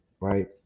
Right